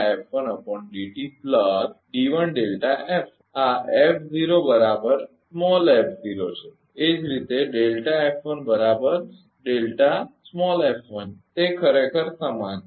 એ જ રીતે તે ખરેખર સમાન છે